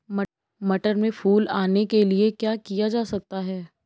मटर में फूल आने के लिए क्या किया जा सकता है?